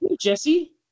Jesse